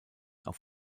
auf